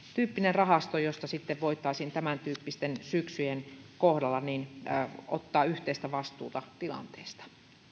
rahasto josta sitten voitaisiin tämäntyyppisten syksyjen kohdalla ottaa yhteistä vastuuta tilanteesta